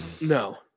No